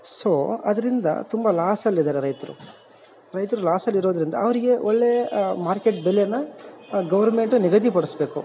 so ಅದ್ರಿಂದ ತುಂಬ ಲಾಸಲ್ಲಿ ಇದಾರೆ ರೈತರು ರೈತರು ಲಾಸಲ್ಲಿ ಇರೋದ್ರಿಂದ ಅವರಿಗೆ ಒಳ್ಳೇ ಮಾರ್ಕೆಟ್ ಬೆಲೆಯನ್ನು ಗೌರ್ಮೆಂಟು ನಿಗದಿ ಪಡಿಸ್ಬೇಕು